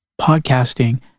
Podcasting